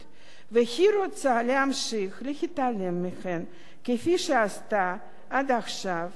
והיא רוצה להמשיך להתעלם מהן כפי שעשתה עד עכשיו,